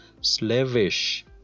slavish